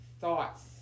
thoughts